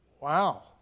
Wow